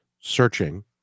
searching